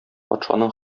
патшаның